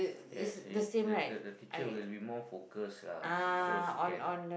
yes the the the teacher will be more focused lah she show she can